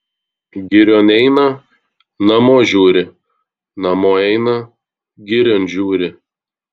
girion eina namo žiūri namo eina girion žiūri